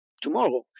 tomorrow